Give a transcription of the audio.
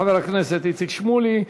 תודה לחבר הכנסת איציק שמולי.